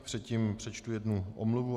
Předtím přečtu jednu omluvu.